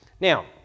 now